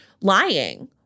lying